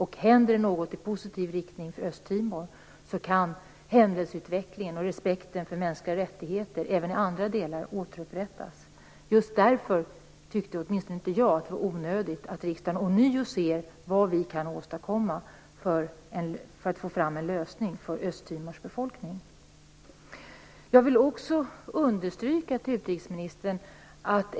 Händer det något i positiv riktning för Östtimor kan händelseutvecklingen förändras och respekten för mänskliga rättigheter även i andra delar återupprättas. Därför tyckte åtminstone inte jag att det var onödigt att riksdagen ånyo skulle diskutera vad vi kan åstadkomma för att bidra till en lösning för Östtimors befolkning.